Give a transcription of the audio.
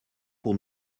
pour